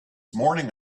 morning